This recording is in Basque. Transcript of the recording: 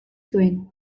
zuen